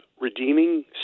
redeeming